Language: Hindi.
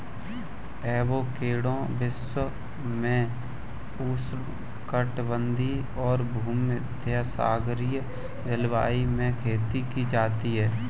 एवोकैडो विश्व में उष्णकटिबंधीय और भूमध्यसागरीय जलवायु में खेती की जाती है